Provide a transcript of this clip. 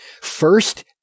first